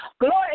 Glory